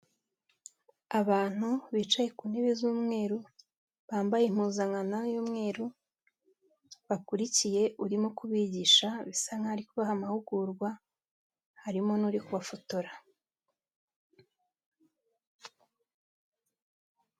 Abantu bicaye ku ntebe z'umweru bambaye impuzankano y'umweru bakurikiye urimo kubigisha bisa nkaho ari kubaha amahugurwa harimo n'uri kubafotora.